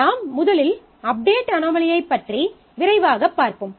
நாம் முதலில் அப்டேட் அனோமலியைப் பற்றி விரைவாகப் பார்ப்போம்